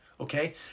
okay